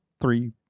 three